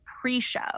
pre-show